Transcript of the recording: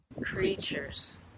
creatures